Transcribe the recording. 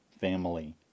family